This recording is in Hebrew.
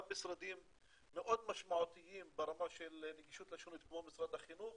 גם משרדים מאוד משמעותיים ברמה של נגישות לשונית כמו משרד החינוך